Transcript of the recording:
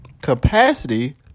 capacity